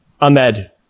Ahmed